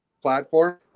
platform